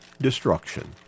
destruction